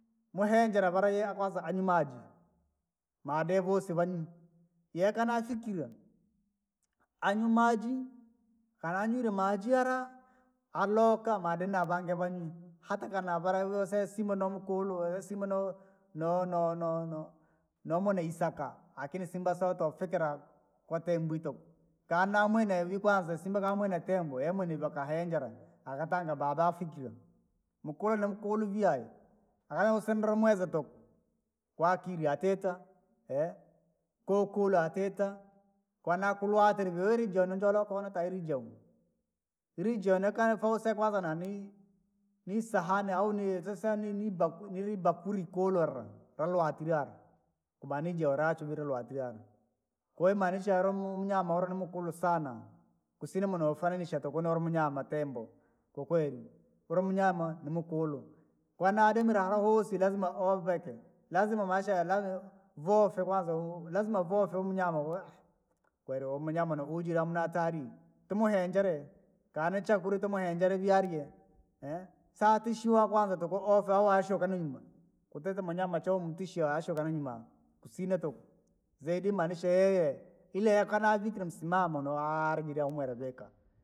Muhenjera vala yi kwanza anywi maji. Madevusi kwaninin, yeka nafikira, anywi maji, pala anywile maji hara, aloka madine avangi vanunu, hata kana vala vose simba namkulu we simba nao- no- no- no- nomonaisaka lakini simba soto ufikira, kwa tembu ituku. Kanamwene ivi kwanza simba kamwena tembo yamwene vakahenjara, akatanga baba afikire, mukula na mukulu viai simba umuweza tuku, kwaakiri yatite koo kula atita kwana kulwatiri jo ninjole kuona tairi jo. Ili jonekana fause kwanza nanii, nisahani au ni sasani ni baku niribakuri kulola, lolwa tulyale, kubanijola tuvili lwadia yaani, koo imaanisha alum mnyamya ulinumukulu sana, kusina muno kufananisha tuku nuru munyama tembo, kwakweli, kula munyama nimukulu, kwani adimila ala vosi lazima oveke, lazima maisha yalave vofe kwanza uvu lazima vofe umnyama we, kweli umunyama nuvujira hamna hatari tumuhenjere, kanachakula tumuhenjere vialie satishiwa kwanza tuku ofa washuka nimma. Kwatite munyama chomtishia ashuka nunyuma, kusina tuku, zaidi maanisha yeye, ila yakanavikila msimamo noajialamwere veka.